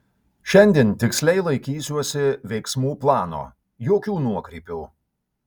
šiandien tiksliai laikysiuosi veiksmų plano jokių nuokrypių